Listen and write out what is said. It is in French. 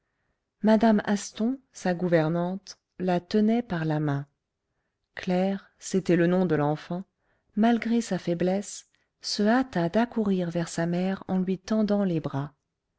mme asthon sa gouvernante la tenait par la main claire c'était le nom de l'enfant malgré sa faiblesse se hâta d'accourir vers sa mère en lui tendant les bras